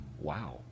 wow